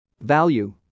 Value